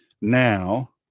now